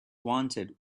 wanted